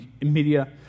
media